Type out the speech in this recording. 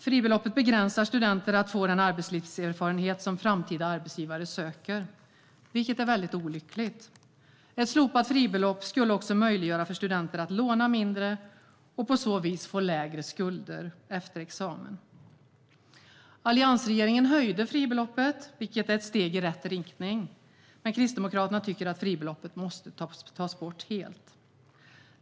Fribeloppet begränsar studenter när det gäller att få den arbetslivserfarenhet som framtida arbetsgivare söker, vilket är väldigt olyckligt. Ett slopat fribelopp skulle också möjliggöra för studenter att låna mindre och på så vis få lägre skulder efter examen. Alliansregeringen höjde fribeloppet, vilket är ett steg i rätt riktning, men Kristdemokraterna tycker att fribeloppet måste tas bort helt.